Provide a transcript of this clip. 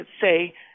say